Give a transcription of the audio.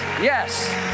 yes